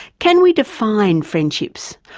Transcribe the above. can we divine friendships,